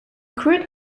crude